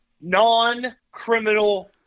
non-criminal